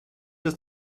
das